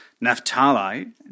Naphtali